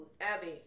Abby